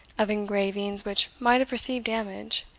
of engravings which might have received damage,